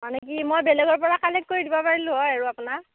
মানে কি মই বেলেগৰ পৰা কালেক্ট কৰি দিব পাৰিলোঁ হয় আৰু আপোনাক